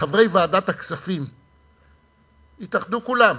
חברי ועדת הכספים התאחדו כולם